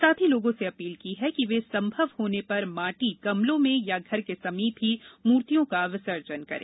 साथ ही लोगों से अपील की है कि वे संभव होने पर माटी गमलों में या घर के समीप ही मूर्तियों का विसर्जन करें